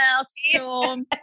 Storm